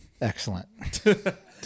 excellent